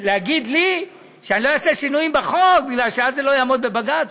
להגיד לי שלא אעשה שינויים בחוק בגלל שאז זה לא יעמוד בבג"ץ?